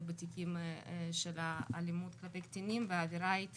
בתיקים של האלימות כלפי קטינים והעבירה היא תקיפה.